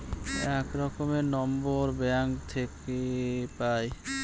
এক রকমের number bank থাকে পাই